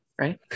right